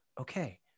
Okay